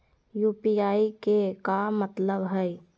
UPI के का मतलब हई?